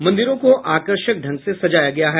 मंदिरों को आकर्षक ढंग से सजाया गया है